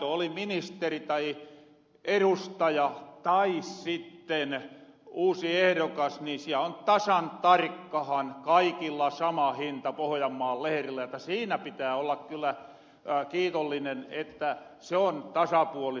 oli ministeri tai edustaja tai sitten uusi ehdokas niin siel on tasan tarkkahan kaikilla sama hinta pohojanmaan leherillä että siinä pitää olla kyllä kiitollinen että se on tasapuolista